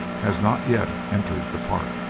has not yet entered the park.